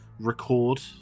record